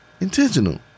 intentional